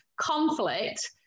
conflict